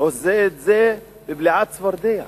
עושה את זה כבולע צפרדע.